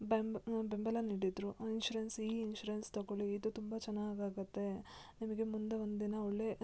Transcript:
ಬೆಂಬ ಬೆಂಬಲ ನೀಡಿದರು ಆ ಇನ್ಶೂರೆನ್ಸ್ ಈ ಇನ್ಶೂರೆನ್ಸ್ ತಗೊಳ್ಳಿ ಇದು ತುಂಬ ಚೆನ್ನಾಗಾಗತ್ತೆ ನಿಮಗೆ ಮುಂದೆ ಒಂದಿನ ಒಳ್ಳೆ